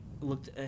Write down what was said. looked